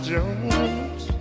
Jones